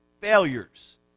failures